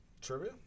Trivia